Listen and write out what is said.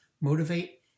motivate